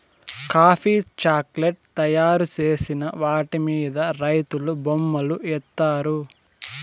coffee chocolate తయారు చేసిన వాటి మీద రైతులు బొమ్మలు ఏత్తారు